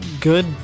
good